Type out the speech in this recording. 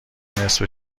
نصفه